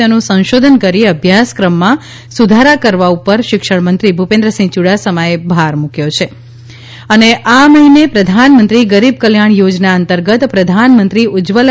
તશ્વું સંશોધન કરી અભ્યાક્રમમાં સુધારા કરવા ઉપર શિક્ષણ મંત્રી ભુપદ્ધસિંહ યુડાસમાએ ભાર મુકયો છા આ મહિન પ્રધાનમત્રી ગરીબ કલ્યાણ યોજના અંતર્ગત પ્રધાનમંત્રી ઉજજવલા